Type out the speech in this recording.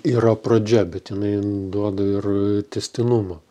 yra pradžia bet jinai duoda ir tęstinumą